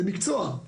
זה מקצוע.